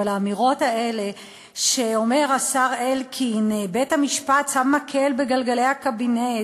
אבל האמירות האלה שאומר השר אלקין: בית-המשפט שם מקל בגלגלי הקבינט,